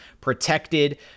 protected